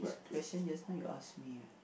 question just now you ask me what